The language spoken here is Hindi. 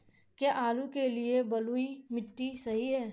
क्या आलू के लिए बलुई मिट्टी सही है?